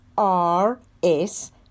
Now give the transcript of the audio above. R-S